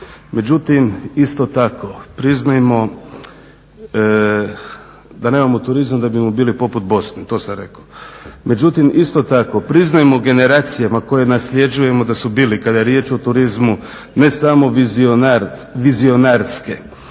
Međutim, isto tako priznajmo generacijama koje nasljeđujemo da su bili, kada je riječ o turizmu, ne samo vizionarske,